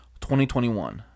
2021